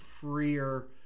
freer